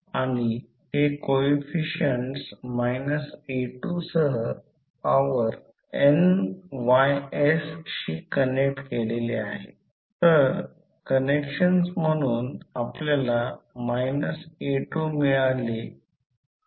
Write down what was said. तर 5 j 5 i1 i2 कसे असतील ते पहा नंतर येथे आल्यास ते 5 j 5 i2 असेल हे व्होल्टेज नंतर येईल